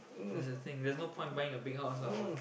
there's a thing there's no point buying a big house lah what